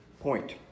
point